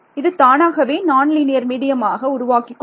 இது தானாகவே நான்லீனியர் மீடியமாக உருவாக்கிக்கொள்ளும்